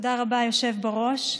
תודה רבה, היושב בראש.